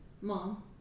Mom